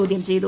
ചോദ്യം ചെയ്തു